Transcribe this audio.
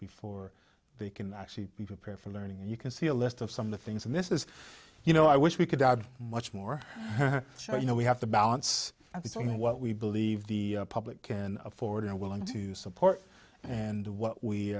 before they can actually prepare for learning and you can see a list of some of the things and this is you know i wish we could add much more so you know we have to balance between what we believe the public can afford and willing to support and what